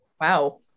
wow